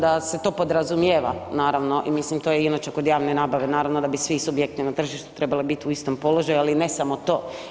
Pa mislim to da se to podrazumijeva, naravno i mislim, to je inače kod javne nabave, naravno da bi svi subjekti na tržištu trebali biti u istom položaju, ali ne samo to.